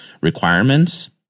requirements